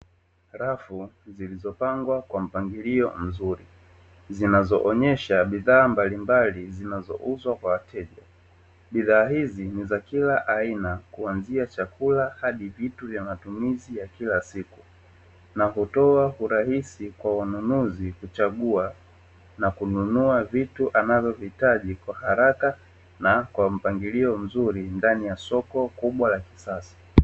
Rafu zilizopangiliwa kwa mpangilio mzuri zinazoonyesha bidhaa mbalimbali zinazouzwa kwa wateja. Bidhaa hizi ni za kila aina kuanzia chakula hadi vitu vya matumizi ya kila siku, na hutoa urahisi kwa wanunuzi kuchagua na kununua vitu anavyovihitaji kwa haraka na kwa mpangilio mzuri; ndani ya soko kubwa la kisasa.